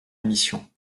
émission